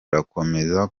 turakomeza